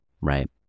right